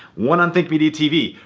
one on think media tv.